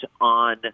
on